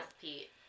Pete